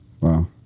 Wow